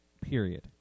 period